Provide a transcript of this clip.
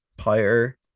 Higher